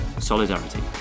solidarity